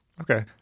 Okay